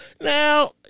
Now